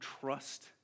trust